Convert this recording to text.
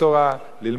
ללמוד תורה,